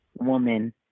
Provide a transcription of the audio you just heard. woman